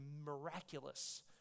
miraculous